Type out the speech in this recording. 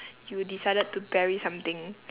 you decided to bury something